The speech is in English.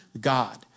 God